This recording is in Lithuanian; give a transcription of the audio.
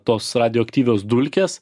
tos radioaktyvios dulkės